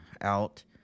out